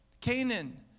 Canaan